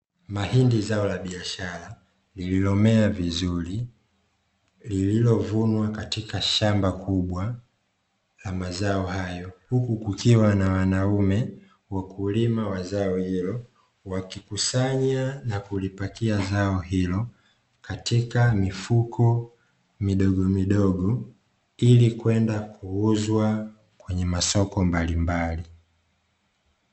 Mahindi zao la biashara, lililomea vizuri, lililovunwa katika shamba kubwa la mazao hayo, huku kukiwa na wanaume wakulima wa zao hilo, wakikusanya na kulipakia zao hilo katika mifuko midogomidogo, ili kwenda kuuzwa kwenye masoko mbalimbali.